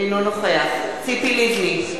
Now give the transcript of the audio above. אינו נוכח ציפי לבני,